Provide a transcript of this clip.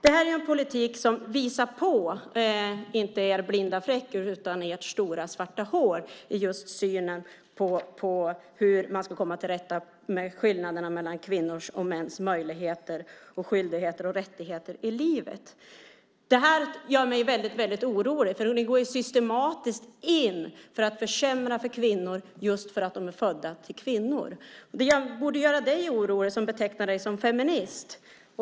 Det här är en politik som visar inte på er blinda fläck utan på ert stora svarta hål i just synen på hur man ska komma till rätta med skillnaderna mellan kvinnors och mäns möjligheter, skyldigheter och rättigheter i livet. Detta gör mig väldigt orolig. Ni går systematiskt in för att försämra för kvinnor just därför att de är födda till kvinnor. Det borde göra dig, Anders, orolig. Du betecknar dig ju som feminist.